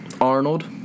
Arnold